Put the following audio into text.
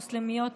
מוסלמיות,